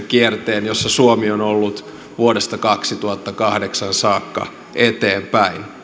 kierteen jossa suomi on ollut vuodesta kaksituhattakahdeksan saakka eteenpäin